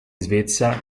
svezia